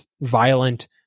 violent